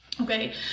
Okay